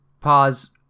Pause